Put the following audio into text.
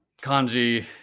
kanji